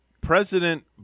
President